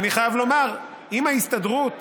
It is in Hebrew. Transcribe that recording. אני חייב לומר שאם ההסתדרות,